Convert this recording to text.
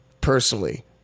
Personally